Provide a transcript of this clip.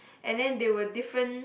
and then there were different